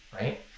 right